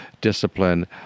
discipline